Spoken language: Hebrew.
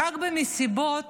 רק במסיבות